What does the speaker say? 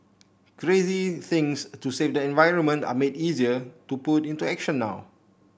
crazy things to save the environment are made easier to put into action now